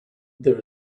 there